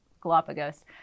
Galapagos